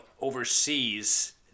overseas